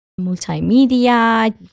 multimedia